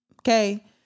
Okay